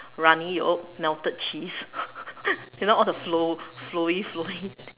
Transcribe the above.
runny yolk melted cheese you know all the flow flowy flowy